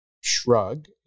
shrug